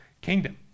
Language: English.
kingdom